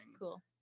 Cool